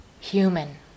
human